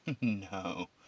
No